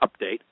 update